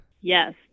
Yes